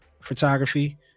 photography